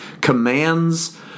commands